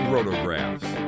Rotographs